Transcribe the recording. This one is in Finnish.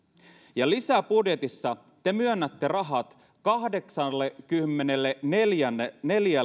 ja lisäbudjetissa te myönnätte rahat kahdeksallekymmenelleneljälle